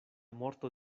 morto